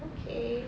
okay